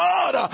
God